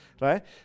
right